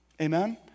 Amen